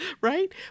right